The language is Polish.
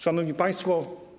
Szanowni Państwo!